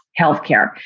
healthcare